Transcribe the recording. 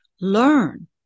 learn